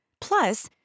Plus